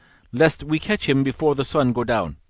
lest we catch him before the sun go down.